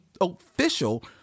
official